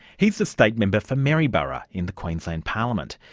he's the state member for maryborough in the queensland parliament.